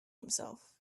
himself